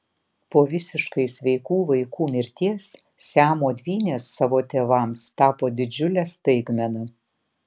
po visiškai sveikų vaikų mirties siamo dvynės savo tėvams tapo didžiule staigmena